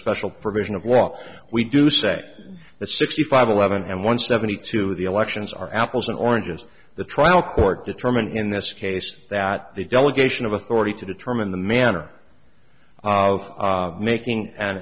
special provision of well we do say that sixty five eleven and one seventy two the elections are apples and oranges the trial court determining in this case that the delegation of authority to determine the manner of making an